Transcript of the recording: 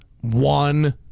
one